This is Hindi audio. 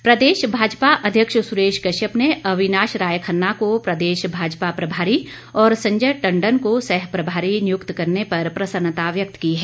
कश्यप प्रदेश भाजपा अध्यक्ष सुरेश कश्यप ने अविनाश राय खन्ना को प्रदेश भाजपा प्रभारी और संजय टंडन को सह प्रभारी नियुक्त करने पर प्रसन्नता व्यक्त की है